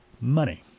money